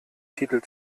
titel